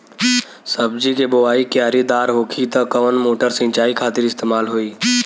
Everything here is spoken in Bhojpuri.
सब्जी के बोवाई क्यारी दार होखि त कवन मोटर सिंचाई खातिर इस्तेमाल होई?